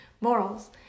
Morals